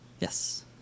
Yes